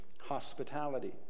hospitality